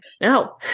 no